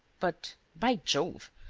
but, by jove,